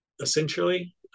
essentially